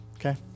okay